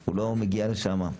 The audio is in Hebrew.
הוא לא מגיע לשמה,